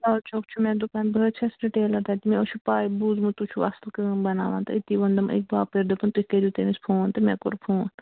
لال چوک چھُ مےٚ دُکان بہٕ حظ چھَس رٹیٚلَر تَتہِ مےٚ حظ پاے بوٗزمُت تُہۍ چھُو اصٕل کٲم بَناوان تہٕ أتی ووٚنم أکۍ باپٲرۍ دوٚپُن تُہۍ کٔرِو تٔمِس فون تہٕ مےٚ کوٚر فون